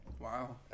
Wow